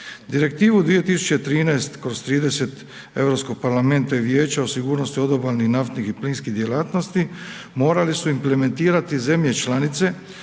Direktivu 2013/30 Europskog parlamenta i vijeća o sigurnosti odobalnih naftnih i plinskih djelatnosti morale su implementirati zemlje članice